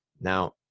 Now